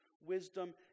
wisdom